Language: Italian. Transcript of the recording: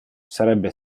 sarebbe